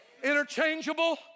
interchangeable